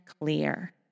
clear